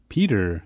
Peter